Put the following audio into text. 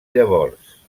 llavors